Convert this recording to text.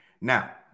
Now